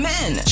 Men